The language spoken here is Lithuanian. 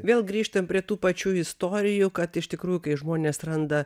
vėl grįžtam prie tų pačių istorijų kad iš tikrųjų kai žmonės randa